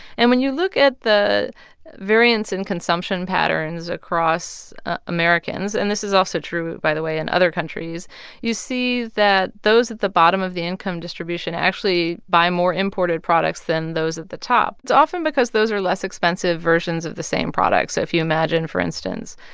and when you look at the variance in consumption patterns across americans and this is also true, by the way, in other countries you see that those at the bottom of the income distribution actually buy more imported products than those at the top it's often because those are less expensive versions of the same products. so if you imagine, for instance,